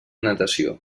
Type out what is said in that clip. natació